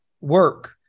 work